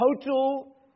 total